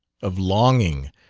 of longing,